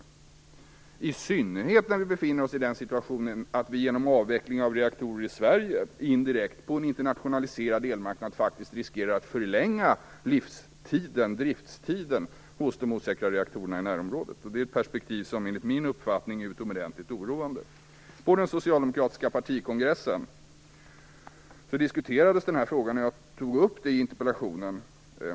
Och detta i synnerhet som vi befinner oss i den situationen att vi genom avveckling av reaktorer i Sverige indirekt på en internationaliserad elmarknad faktiskt riskerar att förlänga driftstiden hos de osäkra reaktorerna i närområdet. Det är ett perspektiv som enligt min uppfattning är utomordentligt oroande. På den socialdemokratiska partikongressen diskuterades den här frågan, vilket jag tog upp i min interpellation.